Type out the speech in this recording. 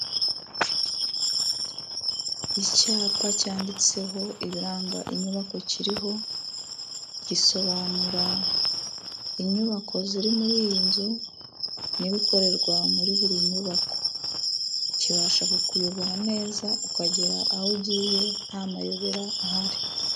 Icyapa cyanditseho ibiranga inyubako. Kiriho gisobanura inyubako ziri muri iyi nzu, n'ibikorerwa muri buri nyubako, kibasha kukuyobora neza ukagera aho ugiye nta mayobera ahari.